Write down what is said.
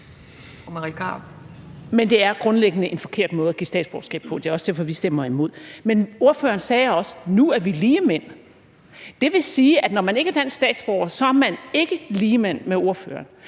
Men det er grundlæggende en forkert måde at give statsborgerskab på, og det er også derfor, vi stemmer imod. Ordføreren sagde også: Nu er vi ligemænd. Det vil sige, at når man ikke er dansk statsborger, er man ikke ligemand med ordføreren.